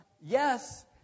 yes